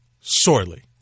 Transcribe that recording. sorely